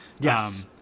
Yes